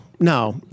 No